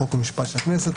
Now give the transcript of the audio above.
חוק ומשפט של הכנסת,